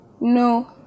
No